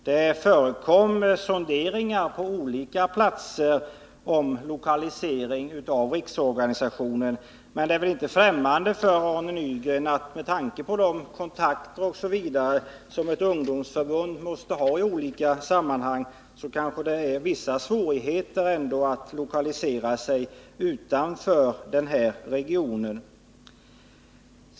Det förekom sonderingar på olika platser om lokalisering av riksorganisationen, men det är väl inte fftämmande för Arne Nygren att det med tanke på de kontakter osv. som ett ungdomsförbund måste ha i olika sammanhang ändå är vissa svårigheter att lokalisera sig utanför denna region.